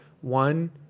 One